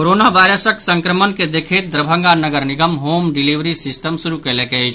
corona वायरसक संक्रमण के देखैत दरभंगा नगर निगम होम डिलिवरी सिस्टम शुरू कयलक अछि